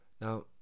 Now